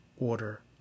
order